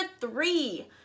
three